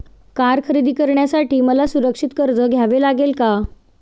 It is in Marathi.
कार खरेदी करण्यासाठी मला सुरक्षित कर्ज घ्यावे लागेल का?